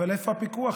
אבל איפה הפיקוח?